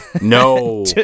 No